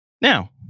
now